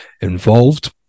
involved